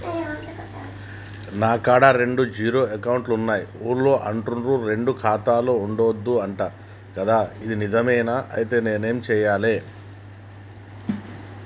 నా కాడా రెండు జీరో అకౌంట్లున్నాయి ఊళ్ళో అంటుర్రు రెండు ఖాతాలు ఉండద్దు అంట గదా ఇది నిజమేనా? ఐతే నేనేం చేయాలే?